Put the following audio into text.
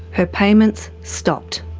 her payments stopped.